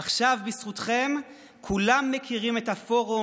עכשיו בזכותכם כולם מכירים את הפורום,